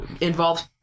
involved